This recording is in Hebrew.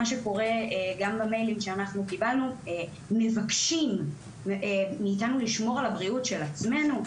במיילים שקיבלנו מבקשים מאיתנו לשמור על הבריאות של עצמנו,